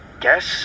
Guess